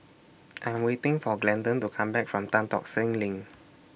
I Am waiting For Glendon to Come Back from Tan Tock Seng LINK